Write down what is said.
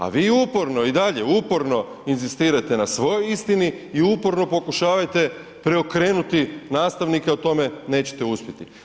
A vi uporno i dalje uporno inzistirate na svojoj istini i uporno pokušavate preokrenuti nastavnike a u tome nećete uspjeti.